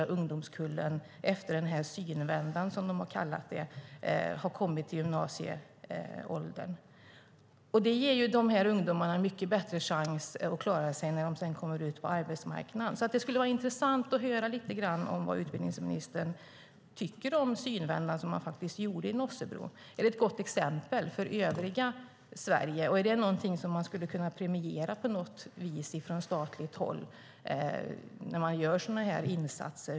Det ger ungdomarna mycket bättre möjligheter att klara sig när de sedan kommer ut på arbetsmarknaden. Det skulle vara intressant att höra vad utbildningsministern tycker om den synvända som gjordes i Nossebro.